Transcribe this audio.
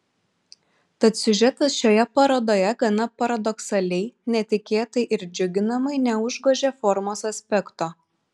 tad siužetas šioje parodoje gana paradoksaliai netikėtai ir džiuginamai neužgožia formos aspekto